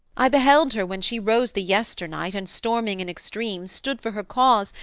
i beheld her, when she rose the yesternight, and storming in extremes, stood for her cause,